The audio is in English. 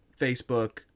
Facebook